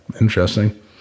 Interesting